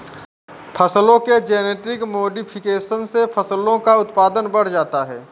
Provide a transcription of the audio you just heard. फसलों के genetic modification से फसलों का उत्पादन बढ़ जाता है